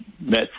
met